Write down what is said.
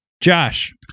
Josh